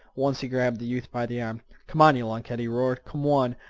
once he grabbed the youth by the arm. come on, yeh lunkhead! he roared. come on!